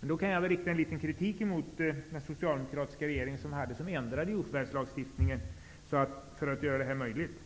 Jag kan rikta viss kritik mot den socialdemokratiska regeringen, som ändrade jordförvärvslagstiftningen för att göra detta möjligt.